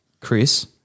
Chris